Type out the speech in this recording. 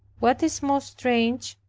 what is most strange,